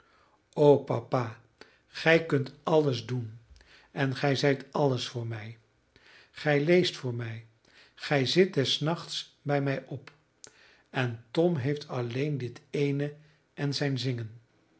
papa gij kunt alles doen en gij zijt alles voor mij gij leest voor mij gij zit des nachts bij mij op en tom heeft alleen dit eene en zijn zingen